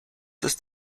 ist